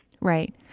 Right